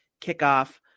kickoff